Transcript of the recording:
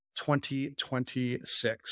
2026